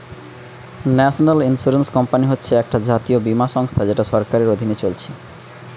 national insurance company হচ্ছে একটা জাতীয় বীমা সংস্থা যেটা সরকারের অধীনে চলছে